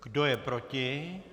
Kdo je proti?